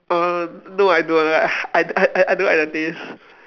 uh no I don't I I I I don't like the taste